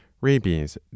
Rabies